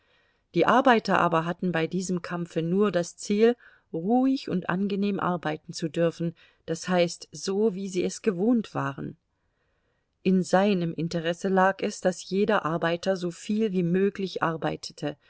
die arbeiter aber hatten bei diesem kampfe nur das ziel ruhig und angenehm arbeiten zu dürfen das heißt so wie sie es gewohnt waren in seinem interesse lag es daß jeder arbeiter soviel wie möglich arbeitete